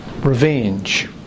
Revenge